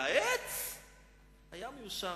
והעץ היה מאושר.